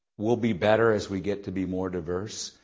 we'll be better as we get to be more diverse.